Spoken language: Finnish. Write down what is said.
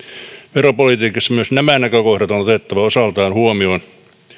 veropolitiikassa myös nämä näkökohdat on otettava osaltaan huomioon